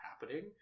happening